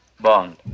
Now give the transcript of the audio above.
Bond